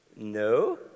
No